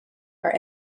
are